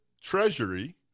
treasury